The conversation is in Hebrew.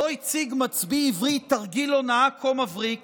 לא הציג מצביא עברי תרגיל הונאה כה מבריק